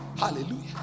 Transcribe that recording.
Hallelujah